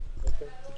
בוקר טוב.